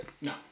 no